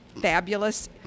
fabulous